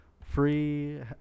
free